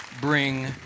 bring